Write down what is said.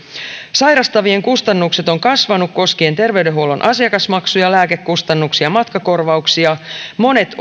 sairastavien kustannukset ovat kasvaneet koskien terveydenhuollon asiakasmaksuja lääkekustannuksia ja matkakorvauksia monet